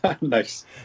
Nice